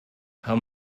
how